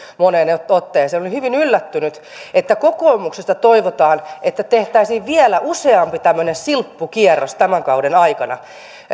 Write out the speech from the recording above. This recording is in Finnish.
moneen otteeseen olin hyvin yllättynyt että kokoomuksesta toivotaan että tehtäisiin vielä useampi tämmöinen silppukierros tämän kauden aikana